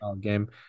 game